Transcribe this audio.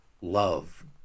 love